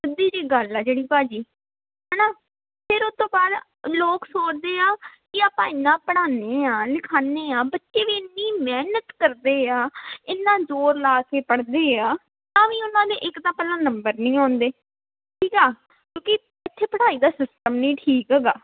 ਸਿੱਧੀ ਜਿਹੀ ਗੱਲ ਆ ਜਿਹੜੀ ਭਾਅ ਜੀ ਹੈ ਨਾ ਫਿਰ ਉਸ ਤੋਂ ਬਾਅਦ ਲੋਕ ਸੋਚਦੇ ਆ ਕਿ ਆਪਾਂ ਇੰਨਾ ਪੜ੍ਹਾਉਂਦੇ ਹਾਂ ਲਿਖਾਉਂਦੇ ਹਾਂ ਬੱਚੇ ਵੀ ਇੰਨੀ ਮਿਹਨਤ ਕਰਦੇ ਆ ਇੰਨਾ ਜ਼ੋਰ ਲਾ ਕੇ ਪੜ੍ਹਦੇ ਆ ਤਾਂ ਵੀ ਉਹਨਾਂ ਦੇ ਇੱਕ ਤਾਂ ਪਹਿਲਾਂ ਨੰਬਰ ਨਹੀਂ ਆਉਂਦੇ ਠੀਕ ਆ ਕਿਉਂਕਿ ਇੱਥੇ ਪੜ੍ਹਾਈ ਦਾ ਸਿਸਟਮ ਨਹੀਂ ਠੀਕ ਹੈਗਾ